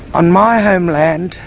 on my home land,